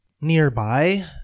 nearby